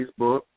Facebook